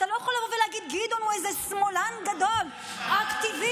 אתה לא יכול לבוא ולהגיד שגדעון הוא איזה שמאלן גדול או אקטיביסט.